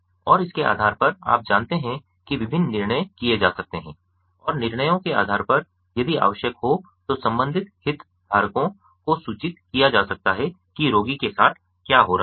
और इसके आधार पर आप जानते हैं कि विभिन्न निर्णय किए जा सकते हैं और निर्णयों के आधार पर यदि आवश्यक हो तो संबंधित हितधारकों को सूचित किया जा सकता है कि रोगी के साथ क्या हो रहा है